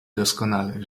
doskonale